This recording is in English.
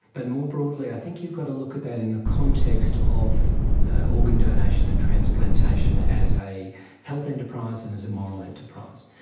but more broadly i think you've got to look at that in the context of organ donation and transplantation as a health enterprise and as a moral enterprise.